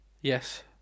Yes